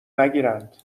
نگیرند